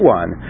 one